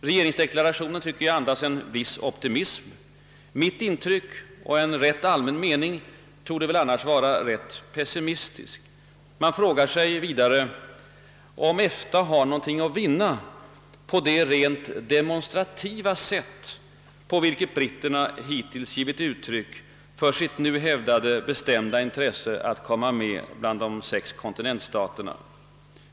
Regeringsdeklarationen andas, tycker jag, en viss optimism. Mitt intryck av resultaten — och det intrycket torde vara rätt allmänt — är rätt pessimistiskt. Man frågar sig vidare, om EFTA har någonting att vinna på det rent demonstrativa sätt på vilket britterna hittills givit uttryck för sitt nu hävdade bestämda intresse att komma med bland de sex kontinentalstaterna.